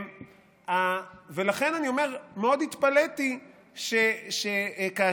לכן, אני אומר, מאוד התפלאתי כאשר,